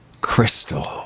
Crystal